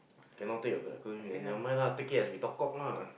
cannot take all that then never mind lah take it as we talk cock lah